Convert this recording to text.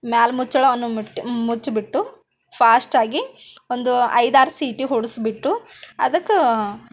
ಮ್ಯಾಲ್ ಮುಚ್ಚಳವನ್ನು ಮುಟ್ ಮುಚ್ಬಿಟ್ಟು ಫಾಸ್ಟಾಗಿ ಒಂದು ಐದು ಆರು ಸೀಟಿ ಹೊಡೆಸ್ಬಿಟ್ಟು ಅದಕ್ಕೆ